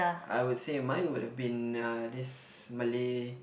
I would say mine would have been uh this Malay